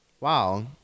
wow